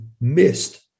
missed